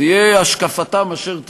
תהיה השקפתם אשר תהיה,